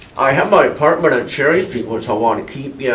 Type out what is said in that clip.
i have my apartment on cherry street, which i wanna keep. yeah